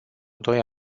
doi